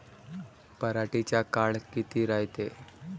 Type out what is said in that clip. पराटीचा काळ किती रायते?